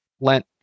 lent